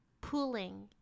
pooling